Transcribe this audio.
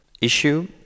issue